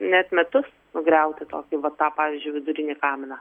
net metus nugriauti tokį va tą pavyzdžiui vidurinį kaminą